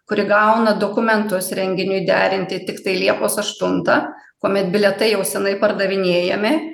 kuri gauna dokumentus renginiui derinti tiktai liepos aštuntą kuomet bilietai jau senai pardavinėjami